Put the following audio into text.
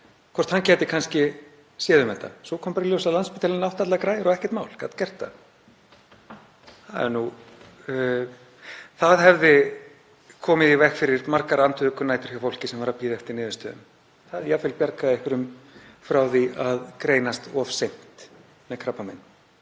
hvort hann gæti kannski séð um þetta. Svo kom bara í ljós að Landspítalinn átti allar græjur og ekkert mál, hann gat gert það. Það hefði komið í veg fyrir margar andvökunætur hjá fólki sem var að bíða eftir niðurstöðum. Það hefði jafnvel bjargað einhverjum frá því að greinast of seint með krabbamein.